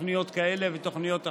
תוכניות כאלה ותוכניות אחרות.